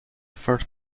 third